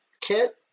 kit